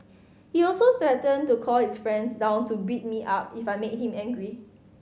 he also threatened to call his friends down to beat me up if I made him angry